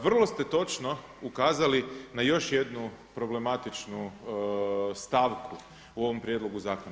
Vrlo ste točno ukazali na još jednu problematičnu stavku u ovome prijedlogu zakona.